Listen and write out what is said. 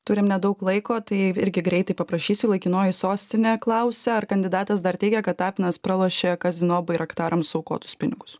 turim nedaug laiko tai irgi greitai paprašysiu laikinoji sostinė klausia ar kandidatas dar teigia kad tapinas pralošė kazino bairaktaram suaukotus pinigus